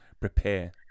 prepare